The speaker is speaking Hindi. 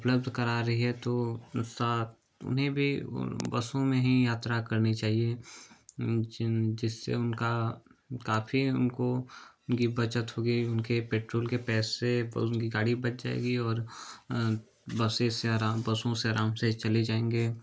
उपलब्ध करा रही है तो साथ उन्हें भी बसों में हीं यात्रा करनी चाहिए जिससे उनका काफ़ी उनको उनकी बचत होगी उनके पेट्रोल के पैसे उनको गाड़ी में बच जाएगी और बसें से आराम बसों से आराम से चले जायेंगे